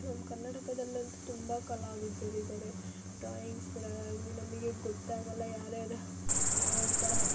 ನಮ್ಮ ಕರ್ನಾಟಕದಲ್ಲಂತೂ ತುಂಬ ಕಲಾವಿದರಿದ್ದಾರೆ ಡ್ರಾಯಿಂಗ್ಸ್ ಬಿಡೋದಾಗಲಿ ನಮಗೆ ಗೊತ್ತೇ ಆಗೋಲ್ಲ ಯಾರ್ಯಾರು ಯಾವ್ಯಾವ ಥರ